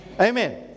Amen